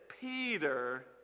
Peter